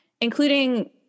including